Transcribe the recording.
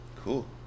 Cool